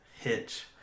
Hitch